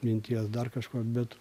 minties dar kažko bet